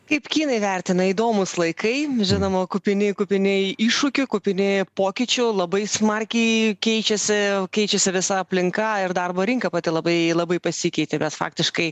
kaip kinai vertina įdomūs laikai žinoma kupini kupini iššūkių kupini pokyčių labai smarkiai keičiasi keičiasi visa aplinka ir darbo rinka pati labai labai pasikeitė bet faktiškai